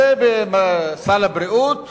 וכלה בסל הבריאות,